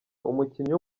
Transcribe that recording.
umukinnyi